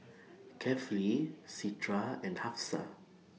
Kefli Citra and Hafsa